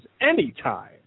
anytime